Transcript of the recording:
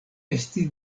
estis